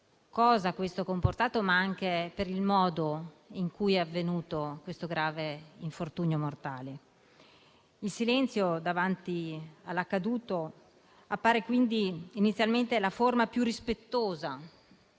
hanno comportato, sia per il modo in cui è avvenuto questo grave infortunio mortale. Il silenzio davanti all'accaduto appare quindi inizialmente la forma più rispettosa